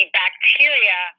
bacteria